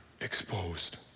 exposed